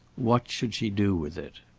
what should she do with it?